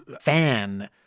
fan